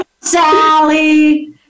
Sally